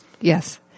Yes